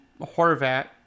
Horvat